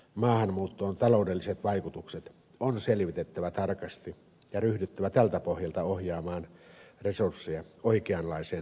maahanmuuton taloudelliset vaikutukset on selvitettävä tarkasti ja ryhdyttävä tältä pohjalta ohjaamaan resursseja oikeanlaiseen toimintaan